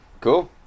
Cool